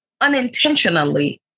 unintentionally